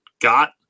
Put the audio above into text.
got